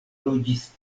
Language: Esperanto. loĝis